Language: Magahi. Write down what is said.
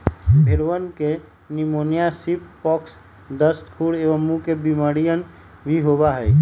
भेंड़वन के निमोनिया, सीप पॉक्स, दस्त, खुर एवं मुँह के बेमारियन भी होबा हई